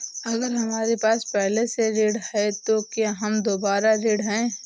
अगर हमारे पास पहले से ऋण है तो क्या हम दोबारा ऋण हैं?